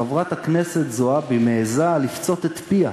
חברת הכנסת זועבי מעזה לפצות את פיה.